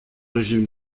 régime